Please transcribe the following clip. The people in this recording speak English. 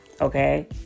okay